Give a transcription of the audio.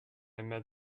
met